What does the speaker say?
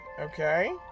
okay